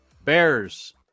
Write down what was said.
Bears